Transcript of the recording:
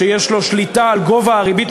שיש לו שליטה על גובה הריבית.